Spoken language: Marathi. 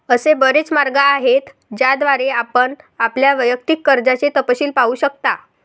असे बरेच मार्ग आहेत ज्याद्वारे आपण आपल्या वैयक्तिक कर्जाचे तपशील पाहू शकता